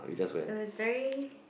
it was very